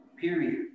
period